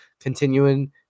continuing